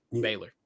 Baylor